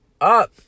up